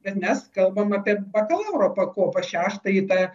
bet mes kalbam apie bakalauro pakopą šeštąjį tą